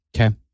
Okay